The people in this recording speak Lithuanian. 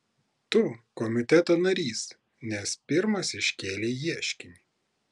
tu komiteto narys nes pirmas iškėlei ieškinį